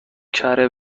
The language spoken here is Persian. کره